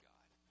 God